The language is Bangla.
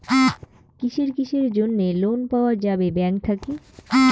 কিসের কিসের জন্যে লোন পাওয়া যাবে ব্যাংক থাকি?